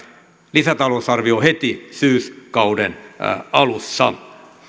lisätalousarvio heti syyskauden alussa